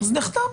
אז נחתם.